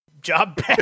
job